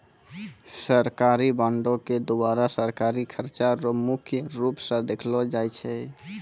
सरकारी बॉंडों के द्वारा सरकारी खर्चा रो मुख्य रूप स देखलो जाय छै